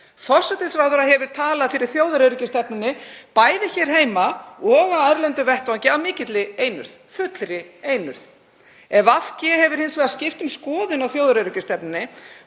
Forsætisráðherra hefur talað fyrir þjóðaröryggisstefnunni, bæði hér heima og á erlendum vettvangi, af mikilli einurð, af fullri einurð. Ef VG hefur hins vegar skipt um skoðun á þjóðaröryggisstefnunni